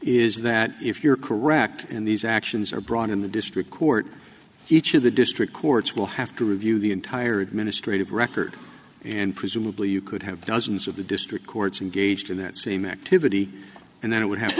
is that if you're correct in these actions are brought in the district court each of the district courts will have to review the entire administrative record and presumably you could have dozens of the district courts engaged in that same activity and then it would have